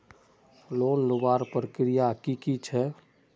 Loan लुबार प्रक्रिया की की छे?